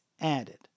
added